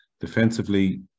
defensively